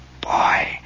Boy